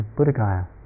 Buddhagaya